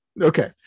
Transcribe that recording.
okay